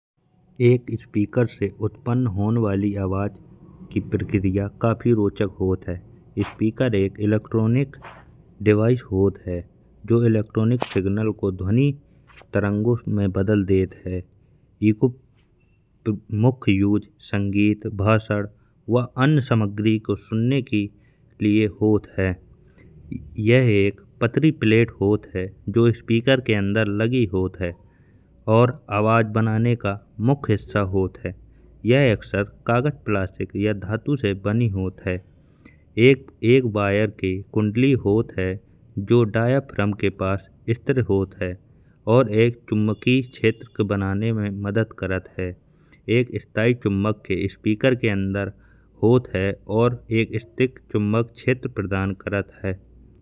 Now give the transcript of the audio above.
एक स्पीकर से उत्पन्न होन वाली आवाज़ की प्रक्रिया काफ़ी रोचक होत है। स्पीकर एक इलेक्ट्रॉनिक डिवाइस होत है जो इलेक्ट्रॉनिक सिग्नल को ध्वनि तरंगों में बदल देत है। एको मुख्य उपयोग संगीत, भाषण या अन्य सामग्री को सुनने के लिए होत है। एक पत्री प्लेट होत है जो स्पीकर के अंदर लगी होत है और आवाज़ बनाने का मुख्य हिस्सा होत है। यह अक्सर कागज, प्लास्टिक या अन्य धातु से बनी होत है। एक वायर की कुंडली होत है जो डायफ्राम के पास स्तिर होत है और एक चुम्बकी क्षेत्र बनाने में मदद करत है। एक स्थायी चुम्बक के स्पीकर के अंदर होत है और एक स्थिर चुम्बक क्षेत्र प्रदान करत है।